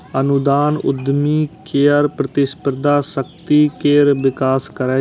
अनुदान उद्यमी केर प्रतिस्पर्धी शक्ति केर विकास करै छै